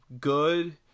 good